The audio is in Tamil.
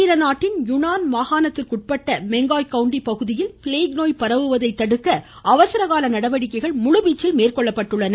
சீனா சீன நாட்டின் யுனான் மாகாணத்திற்குட்பட்ட மேங்காய் கவுண்டி பகுதியில் ப்ளேக் நோய் பரவுவதை தடுக்க அவசர கால நடவடிக்கைகள் முழுவீச்சில் மேற்கொள்ளப்பட்டுள்ளன